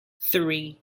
three